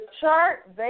chart